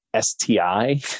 STI